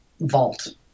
vault